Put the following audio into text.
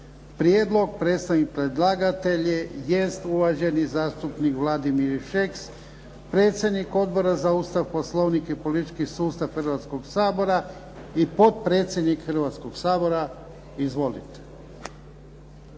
prijedlog. Predstavnik predlagatelja jest uvaženi zastupnik Vladimir Šeks, predsjednik Odbora za Ustav, Poslovnik i politički sustav Hrvatskoga sabora i potpredsjednik Hrvatskoga sabora. Izvolite.